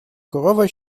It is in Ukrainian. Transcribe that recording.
корова